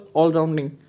all-rounding